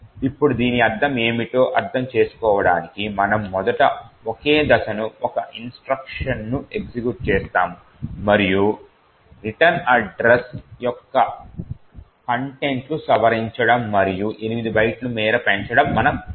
ఇప్పుడు దీని అర్థం ఏమిటో అర్థం చేసుకోవడానికి మనము మొదట ఒకే దశను ఒకే ఇన్స్ట్రక్షన్ను ఎగ్జిక్యూట్ చేస్తాము మరియు రిటర్న్ అడ్రస్ యొక్క కంటెంట్ లు సవరించడం మరియు 8 బైట్ల మేర పెంచడం మనం చూస్తాము